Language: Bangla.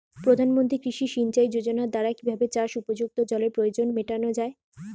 প্রধানমন্ত্রী কৃষি সিঞ্চাই যোজনার দ্বারা কিভাবে চাষ উপযুক্ত জলের প্রয়োজন মেটানো য়ায়?